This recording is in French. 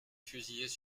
fusillés